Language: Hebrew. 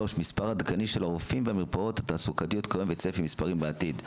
3. מספר עדכני של הרופאים והמרפאות התעסוקתיות כיום וצפי מספרים בעתיד.